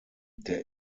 der